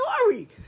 story